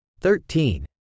Thirteen